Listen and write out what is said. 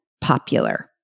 popular